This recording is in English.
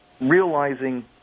realizing